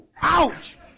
ouch